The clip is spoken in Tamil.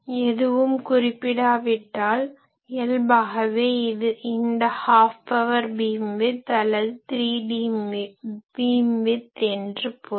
எதுவும் குறிப்பிடப்படாவிட்டால் இயல்பாகவே இந்த ஹாஃப் பவர் பீம்விட்த் அல்லது 3dB பீம்விட்த் என்று பொருள்